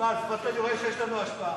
תשמע, לפחות אני רואה שיש לנו השפעה.